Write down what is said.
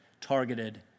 targeted